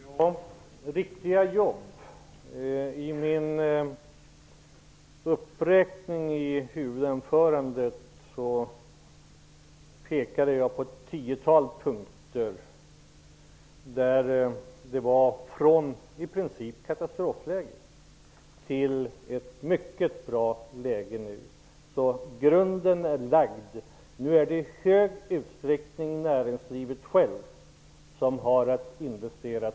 Herr talman! Riktiga jobb talas det om. I uppräkningen i mitt huvudanförande pekade jag på ett tiotal punkter som gällde allt, från i princip ett tidigare katastrofläge till ett mycket bra läge nu. Grunden är alltså lagd. Nu är det i stor utsträckning näringslivet självt som har att investera.